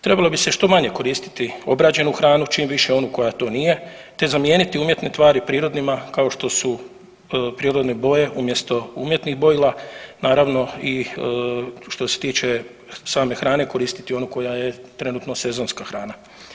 Trebalo bi se što manje koristiti obrađenu hranu čim više onu koja to nije te zamijeniti umjetne tvari prirodnima kao što su prirodne boje umjesto umjetnih bojila, naravno i što se tiče same hrane koristiti onu koja je trenutno sezonska hrana.